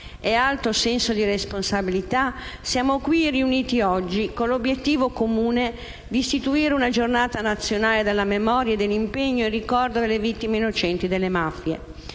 e alto senso di responsabilità siamo qui riuniti oggi, con l'obiettivo comune di istituire una Giornata nazionale della memoria e dell'impegno in ricordo delle vittime innocenti delle mafie.